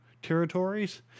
territories